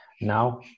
Now